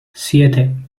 siete